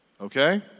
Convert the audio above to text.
okay